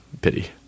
pity